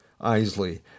Isley